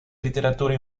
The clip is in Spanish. literatura